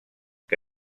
que